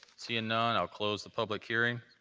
seeing none, i'll close the public hearing.